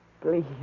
Please